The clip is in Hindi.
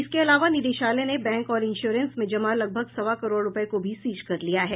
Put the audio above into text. इसके अलावा निदेशालय ने बैंक और इंश्योरेंस में जमा लगभग सवां करोड़ रूपये को भी सीज कर लिया है